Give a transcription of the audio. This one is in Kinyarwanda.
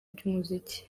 by’umuziki